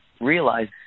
realize